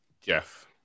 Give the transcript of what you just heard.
Jeff